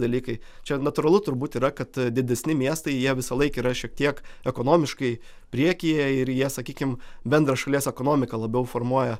dalykai čia natūralu turbūt yra kad didesni miestai jie visąlaik yra šiek tiek ekonomiškai priekyje ir jie sakykim bendrą šalies ekonomiką labiau formuoja